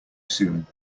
soon